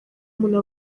umuntu